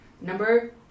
Number